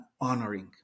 honoring